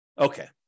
Okay